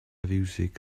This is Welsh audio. fiwsig